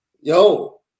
Yo